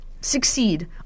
succeed